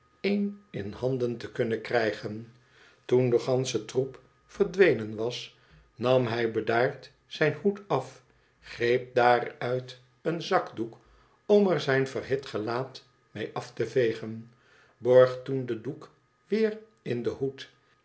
een in handen te kunnen krijgen toen du gansche troep verdwenen was nam hij bedaard zijn hoed af greep daaruit een zakdoek om er zijn verhit gelaat mee af te vegen borg toen den doek weer in den hoed